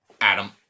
Adam